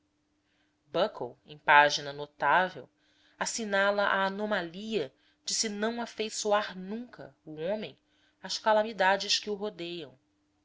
buckle em página notável assinala a anomalia de se não afeiçoar nunca o homem às calamidades naturais que o rodeiam